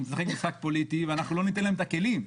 משחקת משחק פוליטי ואנחנו לא ניתן להם את הכלים,